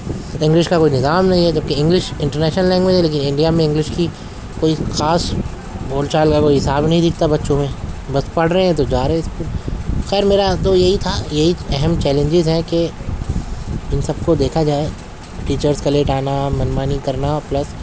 English کا کوئی نظام نہیں ہے جب کہ انگلش انٹرنیشنل لینگویج ہے لیکن انڈیا میں انگلش کی کوئی خاص بول چال کا کوئی حساب نہیں دکھتا بچوں میں بس پڑھ رہے تو جا رہے ہیں اسکول خیر میرا تو یہی تھا یہی اہم چیلنجز ہے کہ ان سب کو دیکھا جائے ٹیچرس کا لیٹ آنا منمانی کرنا پلس